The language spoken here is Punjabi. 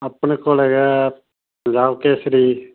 ਆਪਨੇ ਕੋਲ ਹੈਗਾ ਪੰਜਾਬ ਕੇਸਰੀ